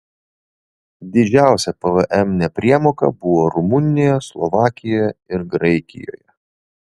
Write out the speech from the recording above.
didžiausia pvm nepriemoka buvo rumunijoje slovakijoje ir graikijoje